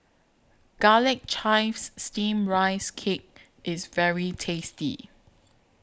Garlic Chives Steamed Rice Cake IS very tasty